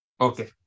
okay